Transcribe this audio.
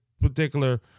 particular